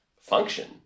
function